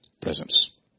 presence